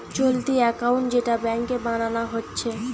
চলতি একাউন্ট যেটা ব্যাংকে বানানা হচ্ছে